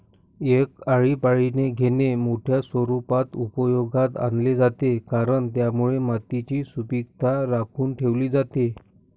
एक आळीपाळीने घेणे मोठ्या स्वरूपात उपयोगात आणले जाते, कारण त्यामुळे मातीची सुपीकता राखून ठेवली जाते